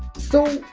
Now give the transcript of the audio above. so,